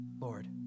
Lord